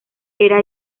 era